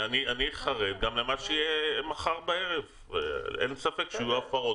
אני אתך גם לגבי מה שיהיה מחר בערב אין לי ספק שיהיו הפרות